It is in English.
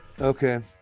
Okay